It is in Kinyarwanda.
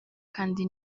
kandi